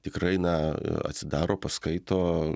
tikrai na atsidaro paskaito